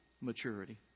maturity